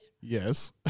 Yes